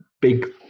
big